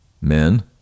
men